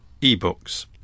e-books